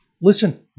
listen